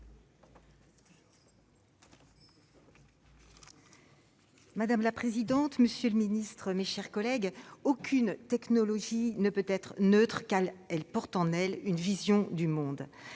Madame la présidente, monsieur le ministre, mes chers collègues, aucune technologie ne peut être neutre, car toutes portent en elles une vision du monde.